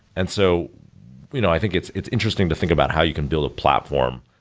and so you know i think it's it's interesting to think about how you can build a platform,